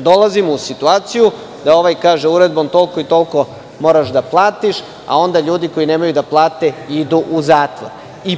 Dolazimo u situaciju da ovaj kaže – uredbom toliko i toliko moraš da platiš, a onda ljudi koji nemaju da plate idu u zatvor.